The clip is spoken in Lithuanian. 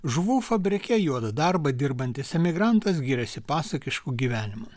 žuvų fabrike juodą darbą dirbantis emigrantas giriasi pasakišku gyvenimu